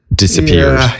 Disappeared